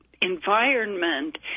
environment